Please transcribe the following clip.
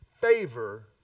favor